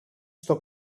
στο